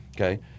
okay